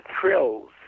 thrills